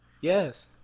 Yes